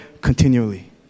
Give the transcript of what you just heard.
continually